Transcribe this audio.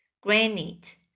granite